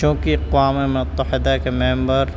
چونکہ اقوام متحدہ کے میمبر